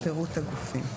את פירוט הגופים.